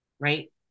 right